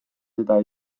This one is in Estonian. seda